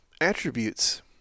attributes